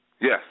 Yes